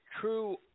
true